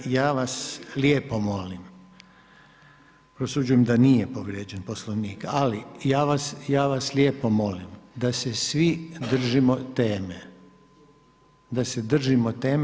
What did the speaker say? Dobro, ja vas lijepo molim prosuđujem da nije povrijeđen Poslovnik, ali ja vas lijepo molim da se svi držimo teme, da se držimo teme.